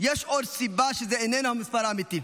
יש עוד סיבה שזה איננו המספר האמיתי,